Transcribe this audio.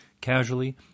casually